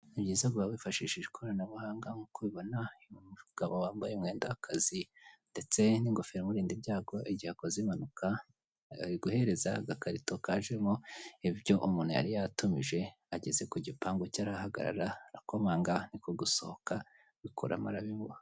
Ni byiza guhaha wifashishije ikoranabuhanga, nk'uko ubibona uyu mu umugabo wambaye umwenda w'akazi ndetse n'ingofero imurinda ibyago igihe akoze impanuka, ariguhereza agakarito kajemo ibyo umuntu yari yatumije, ageze ku gipangu ke arahagarara arakomanga niko gusohoka abikura mo arabimuha.